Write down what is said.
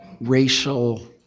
racial